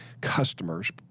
customers